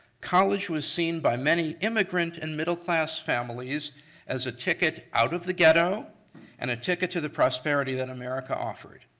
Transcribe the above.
college was seen by many immigrant and middle class families as a ticket out of the ghetto and a ticket to the prosperity that america offered.